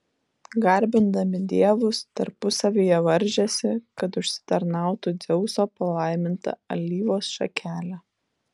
garbindami dievus tarpusavyje varžėsi kad užsitarnautų dzeuso palaimintą alyvos šakelę